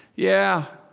yeah,